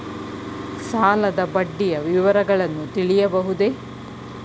ಸಾಲದ ಬಡ್ಡಿಯ ವಿವರಗಳನ್ನು ತಿಳಿಯಬಹುದೇ?